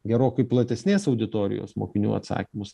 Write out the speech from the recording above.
gerokai platesnės auditorijos mokinių atsakymus